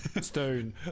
Stone